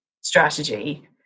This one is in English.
strategy